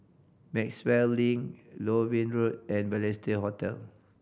Maxwell Link Loewen Road and Balestier Hotel